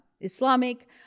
islamic